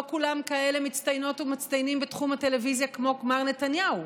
לא כולם כאלה מצטיינות ומצטיינים בתחום הטלוויזיה כמו מר נתניהו.